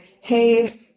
Hey